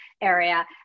area